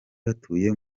batuye